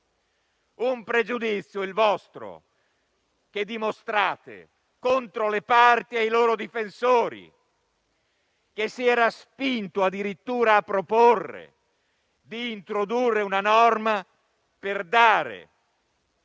un pregiudizio che dimostrate contro le parti e i loro difensori; un pregiudizio che si era spinto addirittura a proporre di introdurre una norma per dare